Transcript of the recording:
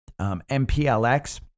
MPLX